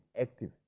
active